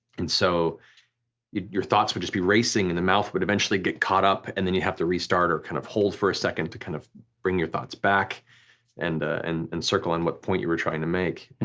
and so your thoughts would just be racing, and the mouth would eventually get caught up, and then you'd have to restart or kind of hold for a second to kind of bring your thoughts back and and encircle in what point you were trying to make.